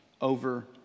over